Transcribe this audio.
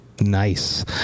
nice